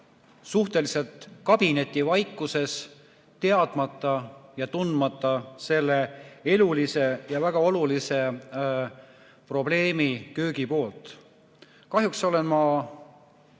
suhteliselt kabinetivaikuses, teadmata ja tundmata selle elulise ja väga olulise probleemi köögipoolt. Kahjuks või